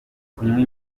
kunywa